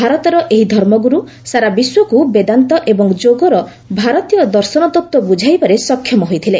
ଭାରତର ଏହି ଧର୍ମଗୁରୁ ସାରା ବିଶ୍ୱକୁ ବେଦାନ୍ତ ଏବଂ ଯୋଗର ଭାରତୀୟ ଦର୍ଶନତତ୍ତ୍ୱ ବୁଝାଇବାରେ ସକ୍ଷମ ହୋଇଥିଲେ